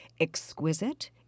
exquisite